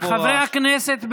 חברי הכנסת,